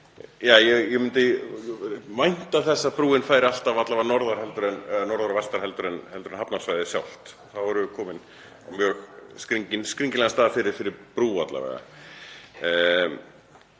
eða ég myndi vænta þess að brúin færi alltaf alla vega norðar og vestar en hafnarsvæðið sjálft. Þá erum við komin á mjög skringilegan stað fyrir brú alla vega.